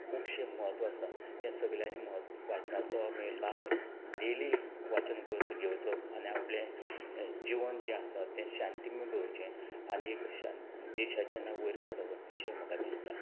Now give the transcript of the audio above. खुबशें म्हत्व आसा तें सगल्यांनी म्हत् वाचनाचो आमी लाभ डेली वाचन करून तो घेवचो आनी आपलें जिवन जें आसा तें शांती मुबोवचें आनी एक शान देशाचें नांव वयर काडप अशें म्हाका दिसता